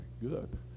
Good